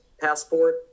passport